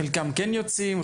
חלקם כן יוצאים,